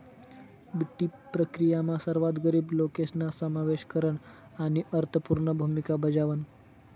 बठ्ठी प्रक्रीयामा सर्वात गरीब लोकेसना समावेश करन आणि अर्थपूर्ण भूमिका बजावण